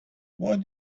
what